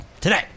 today